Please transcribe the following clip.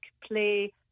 play